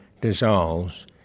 dissolves